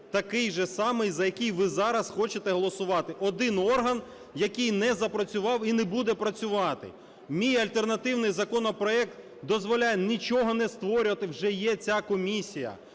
такий же самий, за який ви зараз хочете голосувати. Один орган, який не запрацював і не буде працювати. Мій альтернативний законопроект дозволяє нічого не створювати, вже є ця комісія